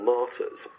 Martyrs